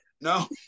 no